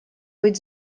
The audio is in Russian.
быть